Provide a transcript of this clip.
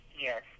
yes